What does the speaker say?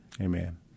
Amen